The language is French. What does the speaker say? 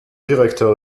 directeur